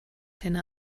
henne